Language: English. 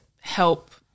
help